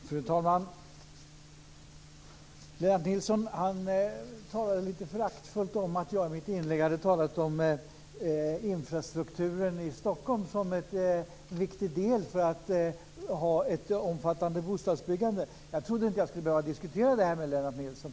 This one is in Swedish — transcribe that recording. Fru talman! Lennart Nilsson talade lite föraktfullt om att jag i mitt inlägg hade talat om infrastrukturen i Stockholm som en viktig del i ett omfattande bostadsbyggande. Jag trodde inte att jag skulle behöva diskutera det här med Lennart Nilsson.